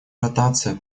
ротация